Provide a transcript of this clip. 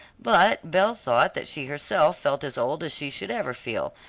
but belle thought that she herself felt as old as she should ever feel,